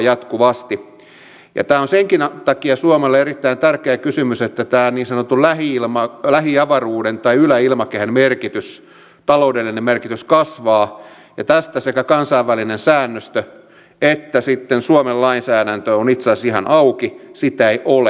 ja tämä on senkin takia suomelle erittäin tärkeä kysymys että tämän niin sanotun lähiavaruuden tai yläilmakehän taloudellinen merkitys kasvaa ja tässä sekä kansainvälinen säännöstö että sitten suomen lainsäädäntö ovat itse asiassa ihan auki sitä ei ole